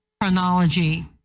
chronology